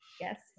Yes